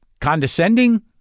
condescending